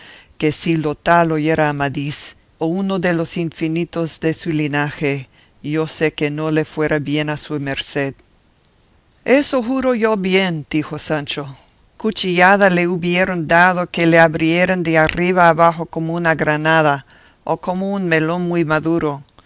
que si lo tal oyera amadís o uno de los infinitos de su linaje yo sé que no le fuera bien a su merced eso juro yo bien dijo sancho cuchillada le hubieran dado que le abrieran de arriba abajo como una granada o como a un melón muy maduro